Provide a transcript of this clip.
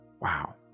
Wow